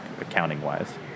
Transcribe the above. accounting-wise